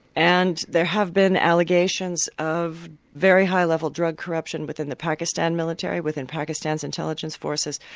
and there have been allegations of very high level drug corruption within the pakistan military, within pakistan's intelligence forces.